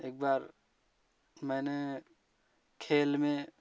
एक बार मैंने खेल में